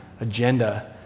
agenda